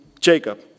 Jacob